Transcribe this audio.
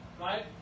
right